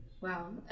Wow